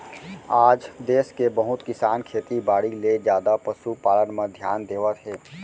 आज देस के बहुत किसान खेती बाड़ी ले जादा पसु पालन म धियान देवत हें